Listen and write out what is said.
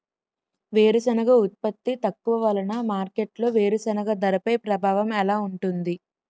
వేరుసెనగ ఉత్పత్తి తక్కువ వలన మార్కెట్లో వేరుసెనగ ధరపై ప్రభావం ఎలా ఉంటుంది?